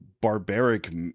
barbaric